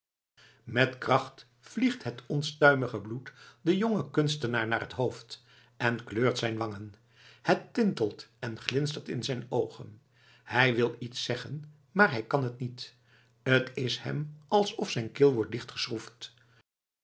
met kracht vliegt het onstuimige bloed den jongen kunstenaar naar t hoofd en kleurt zijn wangen het tintelt en glinstert in zijn oogen hij wil iets zeggen maar hij kan niet t is hem alsof zijn keel wordt